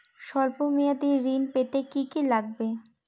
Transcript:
সল্প মেয়াদী ঋণ পেতে কি কি লাগবে?